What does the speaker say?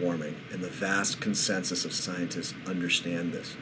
warming and the fast consensus of scientists understand this